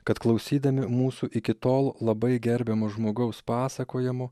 kad klausydami mūsų iki tol labai gerbiamo žmogaus pasakojimų